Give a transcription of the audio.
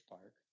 Park